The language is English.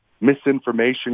misinformation